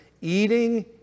eating